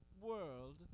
world